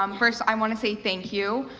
um first i want to say thank you,